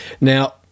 Now